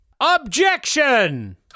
Objection